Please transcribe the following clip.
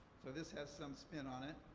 so this has some spin on it.